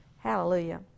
Hallelujah